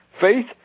faith